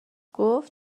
گفت